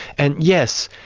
and yes,